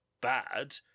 bad